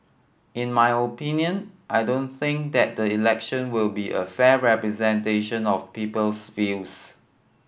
in my opinion I don't think that the election will be a fair representation of people's views